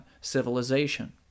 Civilization